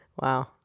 Wow